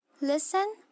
Listen